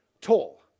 tall